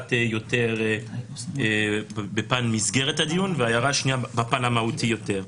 אחת יותר בפן מסגרת הדיון וההערה השנייה בפן המהותי יותר.